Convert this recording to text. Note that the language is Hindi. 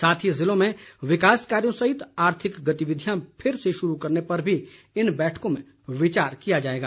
साथ ही ज़िलों में विकास कार्यो सहित आर्थिक गतिविधियां फिर से शुरू करने पर भी इन बैठकों में विचार किया जाएगा